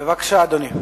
בבקשה, אדוני.